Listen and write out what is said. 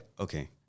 okay